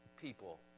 people